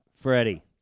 Freddie